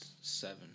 seven